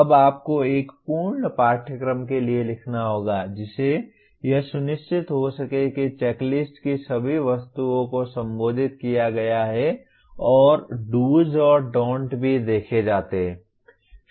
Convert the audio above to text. अब आपको एक पूर्ण पाठ्यक्रम के लिए लिखना होगा जिससे यह सुनिश्चित हो सके कि चेकलिस्ट की सभी वस्तुओं को संबोधित किया गया है और do's और don'ts भी देखे जाते है